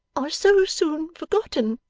are so soon forgotten